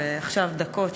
ועכשיו דקות,